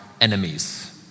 enemies